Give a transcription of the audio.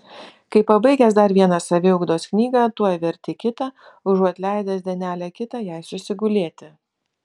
kai pabaigęs dar vieną saviugdos knygą tuoj verti kitą užuot leidęs dienelę kitą jai susigulėti